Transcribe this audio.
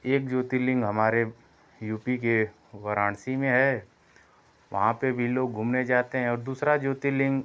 एक ज्योतिर्लिंग हमारे यू पी के वाराणसी में है वहाँ पर भी लोग घूमने जाते हैं और दूसरा ज्योतिर्लिंग